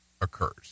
occurs